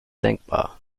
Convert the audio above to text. denkbar